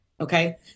Okay